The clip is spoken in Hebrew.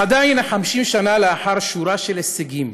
אך עדיין, 50 שנה לאחר שורה של הישגים,